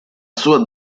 sua